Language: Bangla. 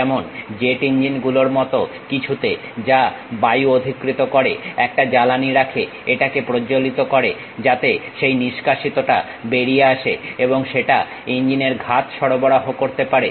যেমন জেট ইঞ্জিনগুলোর মত কিছুতে যা বায়ু অধিকৃত করে একটা জ্বালানি রাখে এটাকে প্রজ্বলিত করে যাতে সেই নিষ্কাশিতটা বেরিয়ে আসে এবং সেটা ইঞ্জিনের ঘাত সরবরাহ করতে পারে